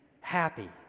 happy